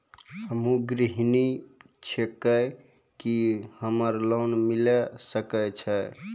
हम्मे गृहिणी छिकौं, की हमरा लोन मिले सकय छै?